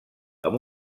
amb